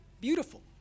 beautiful